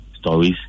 stories